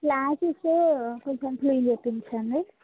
classes కొంచెం clean చేయించండి